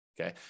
Okay